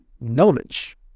knowledge